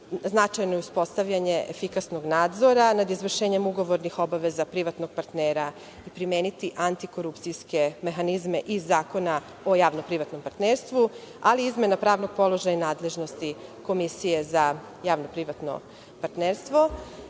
Značajno je uspostavljanje efikasnog nadzora nad izvršenjem ugovornih obaveza privatnog partnera i primeniti antikorupcijske mehanizme iz Zakona o javno-privatnom partnerstvu, ali izmena pravnog položaja i nadležnosti Komisije za javno-privatno partnerstvo. Da